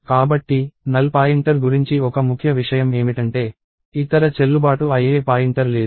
కాబట్టి null pointer గురించి ఒక ముఖ్య విషయం ఏమిటంటే ఇతర చెల్లుబాటు అయ్యే పాయింటర్ లేదు